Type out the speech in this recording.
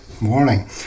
Morning